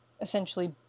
essentially